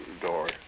door